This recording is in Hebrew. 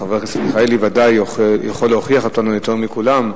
חבר הכנסת מיכאלי ודאי יכול להוכיח אותנו יותר מכולם.